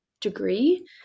degree